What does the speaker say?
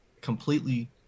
completely